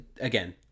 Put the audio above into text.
again